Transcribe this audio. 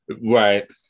Right